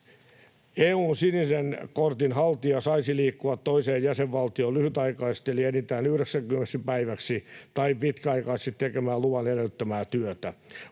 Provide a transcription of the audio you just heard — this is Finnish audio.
EU:n sinisen kortin haltija saisi liikkua toiseen jäsenvaltioon lyhytaikaisesti eli enintään 90 päiväksi tai pitkäaikaisesti tekemään luvan edellyttämää työtä.